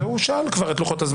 הוא כבר שאל על לוחות-הזמנים.